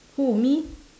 who me